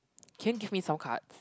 can you give me some cards